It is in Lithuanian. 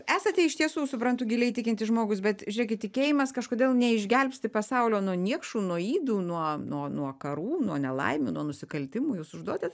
esate iš tiesų suprantu giliai tikintis žmogus bet žiūrėkit tikėjimas kažkodėl neišgelbsti pasaulio nuo niekšų nuo ydų nuo nuo nuo karų nuo nelaimių nuo nusikaltimų jūs užduodat